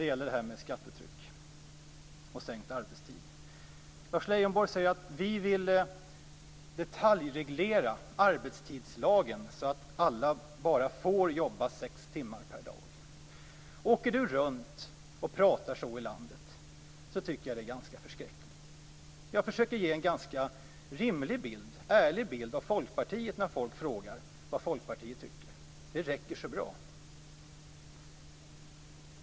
Sedan när det gäller skattetrycket och en sänkning av arbetstiden säger Lars Leijonborg att vi vill detaljreglera arbetstidslagen så att alla får jobba bara sex timmar per dag. Om Lars Leijonborg åker runt och talar på det sättet i landet, tycker jag att det är ganska förskräckligt. Jag försöker ge en ganska rimlig och ärlig bild av Folkpartiet när folk frågar vad Folkpartiet tycker. Det räcker så bra.